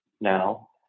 now